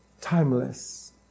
timeless